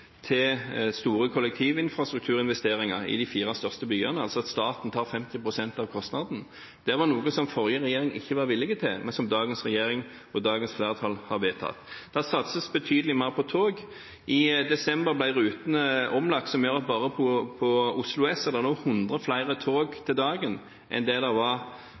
av kostnaden. Det var noe som forrige regjering ikke var villig til, men som dagens regjering og dagens flertall har vedtatt. Det satses betydelig mer på tog. I desember ble rutene omlagt, noe som gjør at bare på Oslo S er det nå 100 flere tog om dagen enn hva det var